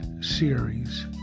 series